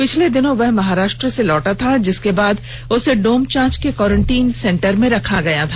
पिछले दिनों वह महाराष्ट्र से लौटा था जिसके बाद उसे डोमचांच के क्वारेंटीन सेंटर में रखा गया था